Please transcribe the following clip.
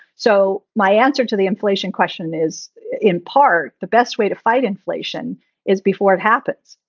so my answer to the inflation question is, in part, the best way to fight inflation is before it happens.